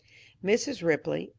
mrs. ripley,